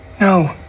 No